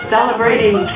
Celebrating